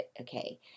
okay